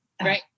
right